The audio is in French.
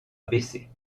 baisser